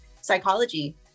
psychology